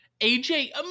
AJ